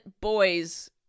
boys